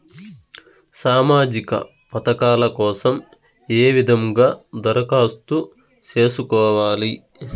సామాజిక పథకాల కోసం ఏ విధంగా దరఖాస్తు సేసుకోవాలి